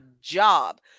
job